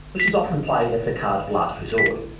which is often played as the card of last resort,